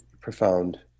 profound